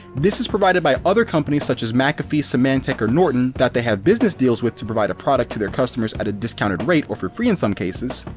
this is provided by other companies such as mcafee, symantec, or norton, that they have business deals with to provide a product to their customers at a discounted rate or for free in some cases.